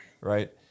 Right